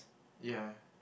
ya